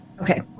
Okay